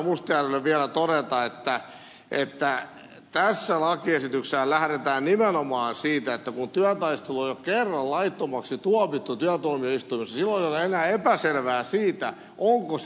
mustajärvelle vielä todeta että tässä lakiesityksessä lähdetään nimenomaan siitä että kun työtaistelu on jo kerran laittomaksi tuomittu työtuomioistuimessa silloin ei ole enää epäselvyyttä siitä onko se laiton